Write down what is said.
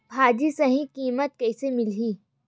भाजी सही कीमत कइसे मिलही?